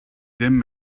ddim